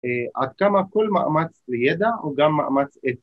‫עד כמה כל מאמץ לידע הוא גם מאמץ אתי